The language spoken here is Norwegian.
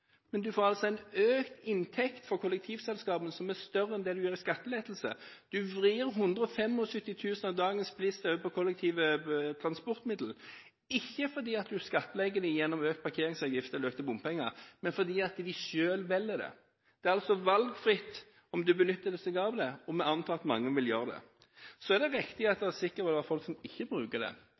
økt inntekt for kollektivselskapene som er større enn det man gir i skattelettelse. Man vrir 175 000 av dagens bilister over på kollektive transportmidler, ikke fordi man skattlegger dem gjennom økt parkeringsavgift eller økte bompenger, men fordi de selv velger det. Det er altså valgfritt om man vil benytte seg av det, og vi antar at mange vil gjøre det. Det er riktig at det sikkert vil være folk som ikke bruker det.